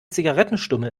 zigarettenstummel